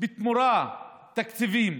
בתמורה תקציבים.